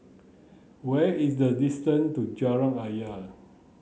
where is the distance to Jalan Ayer